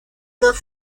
dos